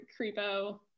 creepo